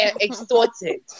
extorted